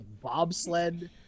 bobsled